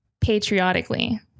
patriotically